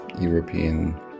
European